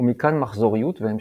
ומכאן מחזוריות והמשכיות.